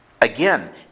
Again